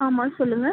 ஆமாம் சொல்லுங்கள்